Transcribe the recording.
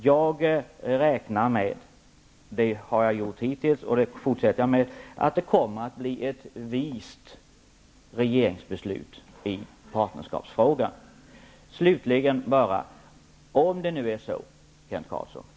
Jag räknar med, vilket jag har gjort hittills och kommer att fortsätta med, att det kommer att bli ett vist regeringsbeslut i partnerskapsfrågan. Slutligen vill jag säga följande.